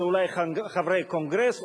זה אולי חברי קונגרס,